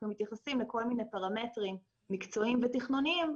מתייחסים לכל מיני פרמטרים מקצועיים ותכנוניים,